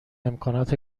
امکانات